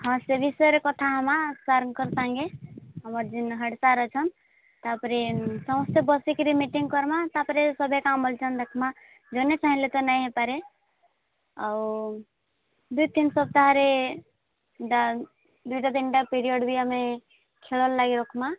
ହଁ sorry sir କଥାହମାଁ ସାର୍ଙ୍କ ସାଙ୍ଗେ ଆମର ଯିନ୍ ହେଡ଼୍ ସାର୍ ଅଛନ୍ ତାପରେ ସମସ୍ତେ ବସି କିରି ମିଟିଂ କର୍ମାଁ ତାପରେ ସବେ କାଣ ବୋଲୁଛନ୍ ଦେଖ୍ମାଁ ଜନେ ଚାହିଁଲେ ତ ନେଇଁ ହୋଇପାରେ ଆଉ ଦି ତିନ୍ ସପ୍ତାହରେ ଡା ଦୁଇଟା ତିନିଟା ପିରିୟଡ଼ ବି ଆମେ ଖେଳ ଲାଗି ରଖ୍ମାଁ